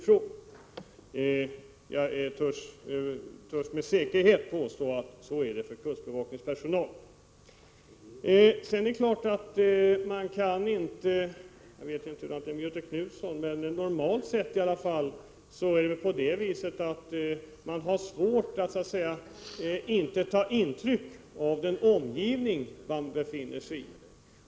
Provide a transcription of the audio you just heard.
Jag vågar med bestämdhet påstå att kustbevakningens personal har den inställningen. Jag vill vidare till Göthe Knutson säga att det normalt sett är svårt att undvika att ta intryck av den omgivning som man befinner sig i.